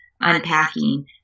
unpacking